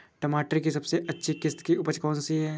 टमाटर की सबसे अच्छी किश्त की उपज कौन सी है?